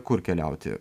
kur keliauti